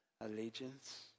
allegiance